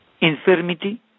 Infirmity